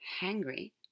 Hungry